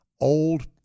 old